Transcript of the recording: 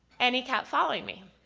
and he kept following me.